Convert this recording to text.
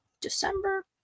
December